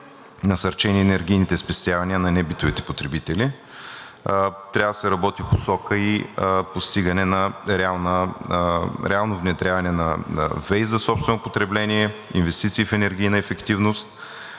насърчени енергийните спестявания на небитовите потребители. Трябва да се работи и в посока постигане на реално внедряване на ВЕИ за собствено потребление, инвестиции в енергийна ефективност.